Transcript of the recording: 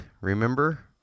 Remember